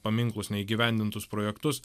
paminklus neįgyvendintus projektus